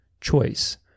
choice